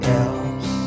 else